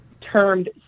termed